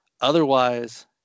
Otherwise